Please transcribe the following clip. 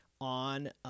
on